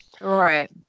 right